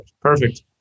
Perfect